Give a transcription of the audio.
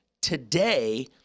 today